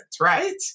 right